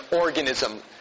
organism